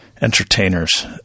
entertainers